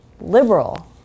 liberal